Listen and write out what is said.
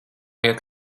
iet